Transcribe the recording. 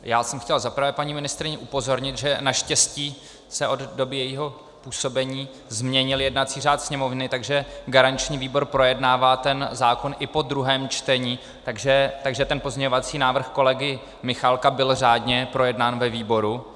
Já jsem chtěl za prvé paní ministryni upozornit, že naštěstí se od doby jejího působení změnil jednací řád Sněmovny, takže garanční výbor projednává zákon i po druhém čtení, takže pozměňovací návrh kolegy Michálka byl řádně projednán ve výboru.